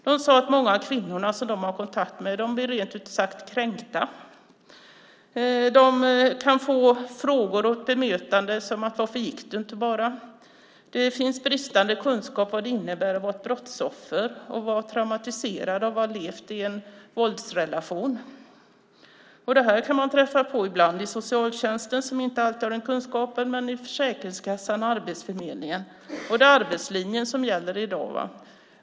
De sade att många av kvinnorna som de har kontakt med blir rent ut sagt kränkta. De kan få frågor som varför gick du inte bara. Det finns bristande kunskaper om vad det innebär att vara ett brottsoffer, att vara traumatiserad av att ha levt i en våldsrelation. Det här kan man ibland träffa på i socialtjänsten, som inte alltid har den kunskapen, men även hos Försäkringskassan och Arbetsförmedlingen. Och det är arbetslinjen som gäller i dag.